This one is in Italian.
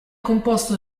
composto